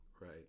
right